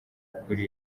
kuri